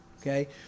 okay